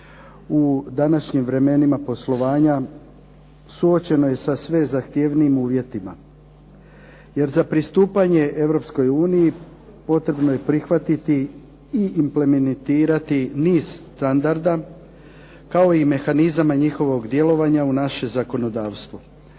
u današnjim vremenima poslovanja suočeno je sa sve zahtjevnijim uvjetima. Jer za pristupanje Europskoj uniji potrebno je prihvatiti i implementirati niz standarda kao i mehanizama njihovog djelovanja u naše zakonodavstvo.